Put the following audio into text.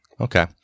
Okay